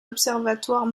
observatoire